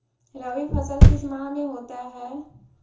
रवि फसल किस माह में होता है?